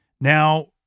Now